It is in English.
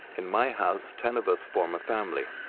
in my house, ten of us form a family.